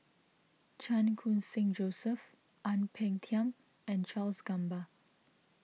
Chan Khun Sing Joseph Ang Peng Tiam and Charles Gamba